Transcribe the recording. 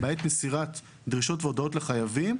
למעט מסירת דרישת והודעות לחייבים.